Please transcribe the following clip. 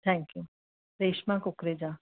थैक्यूं Reshma Kukreja